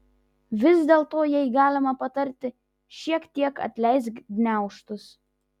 vis dėlto jei galima patarti šiek tiek atleisk gniaužtus